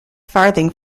farthing